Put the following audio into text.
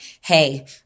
hey